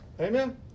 Amen